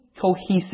cohesive